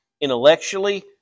intellectually